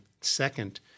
second